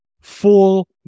full